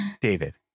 David